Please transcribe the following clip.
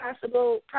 possible